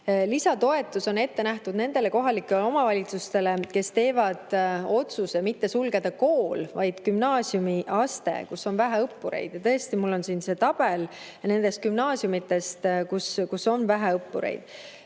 Lisatoetus on ette nähtud nendele kohalikele omavalitsustele, kes teevad otsuse sulgeda mitte kogu kool, vaid gümnaasiumiaste, kus on vähe õppureid. Mul on siin see tabel nendest gümnaasiumidest, kus on vähe õppureid.